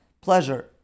pleasure